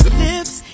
lips